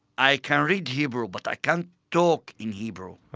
i can read hebrew but i can't talk in hebrew ah